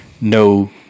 no